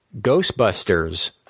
Ghostbusters